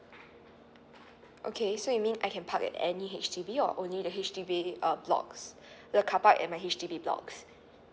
okay so you mean I can park at any H_D_B or only the H_D_B uh blocks the carpark at my H_D_B blocks